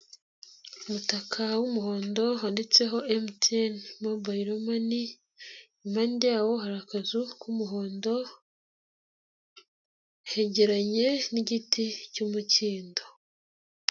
Umutaka w'umuhondo handitseho MTN mobayiro mani, impandewo hari akazu k'umuhondo, hegeranye n'igiti cy'umukindo.